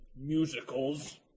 musicals